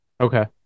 okay